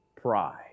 pride